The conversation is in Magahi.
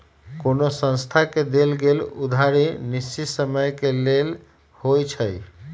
कोनो संस्था से देल गेल उधारी निश्चित समय के लेल होइ छइ